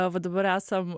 va dabar esam